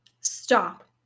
Stop